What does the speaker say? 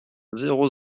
zéro